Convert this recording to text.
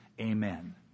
Amen